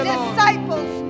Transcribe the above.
disciples